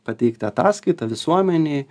pateikti ataskaitą visuomenei